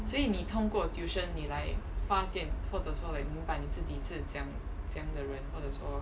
所以你通过 tuition 你来发现或者说 like 你明白自己怎么样怎样的人或者说